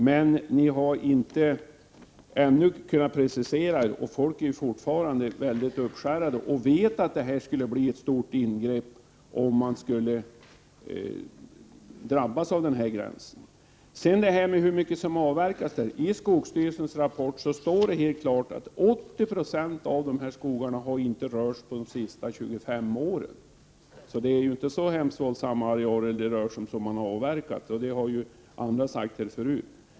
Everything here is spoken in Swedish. Men ni har ännu inte kunnat precisera er, och folk är fortfarande väldigt uppskärrade och vet att det skulle bli ett stort ingrepp om man skulle drabbas av den här gränsen. När det gäller frågan hur mycket som avverkas där vill jag säga att det i skogsstyrelsens rapport helt klart står att 80 96 av dessa skogar inte har rörts de senaste 25 åren. Det är alltså inte så våldsamma arealer som man har avverkat. Det har ju också andra sagt här förut.